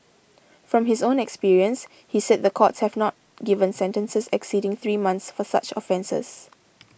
from his own experience he said the courts have not given sentences exceeding three months for such offences